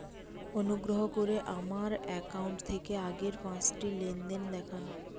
অনুগ্রহ করে আমার অ্যাকাউন্ট থেকে আগের পাঁচটি লেনদেন দেখান